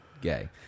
gay